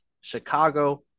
Chicago